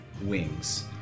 wings